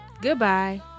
Goodbye